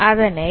அதனை x1 x2